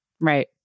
Right